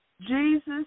Jesus